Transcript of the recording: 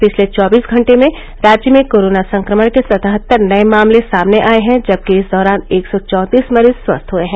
पिछले चौबीस घटे में राज्य में कोरोना संक्रमण के सतहत्तर नये मामले सामने आये हैं जबकि इस दौरान एक सौ चौंतीस मरीज स्वस्थ हुए हैं